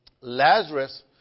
Lazarus